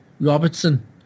Robertson